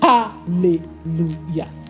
Hallelujah